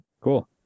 Cool